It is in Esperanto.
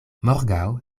morgaŭ